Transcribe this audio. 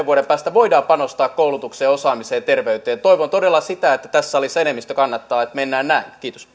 vuoden päästä voidaan panostaa koulutukseen osaamiseen ja terveyteen toivon todella sitä että tässä salissa enemmistö kannattaa että mennään näin kiitos